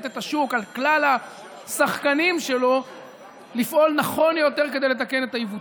את השוק על כלל השחקנים שלו לפעול נכון יותר כדי לתקן את העיוותים.